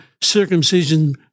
circumcision